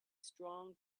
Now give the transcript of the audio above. strong